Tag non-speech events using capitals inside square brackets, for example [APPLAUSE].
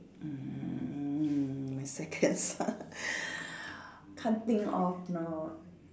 mm my second son [LAUGHS] [BREATH] can't think of now